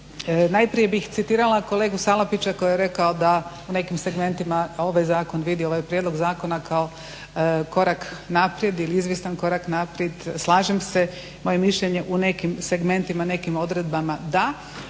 Najprije bih citirala kolegu Salapića koji je rekao da u nekim segmentima vidi ovaj prijedlog zakona kao korak naprijed ili izvjestan korak naprijed. Slažem se, moje mišljenje u nekim segmentima, nekim odredbama da,